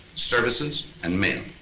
services, and men.